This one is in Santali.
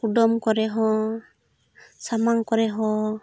ᱠᱩᱰᱟᱹᱢ ᱠᱚᱨᱮ ᱦᱚᱸ ᱥᱟᱢᱟᱝ ᱠᱚᱨᱮ ᱦᱚᱸ